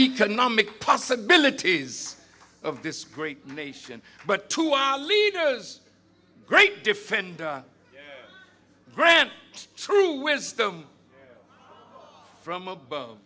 economic possibilities of this great nation but to our leaders great defender grant true wisdom from above